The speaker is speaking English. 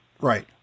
Right